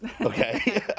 okay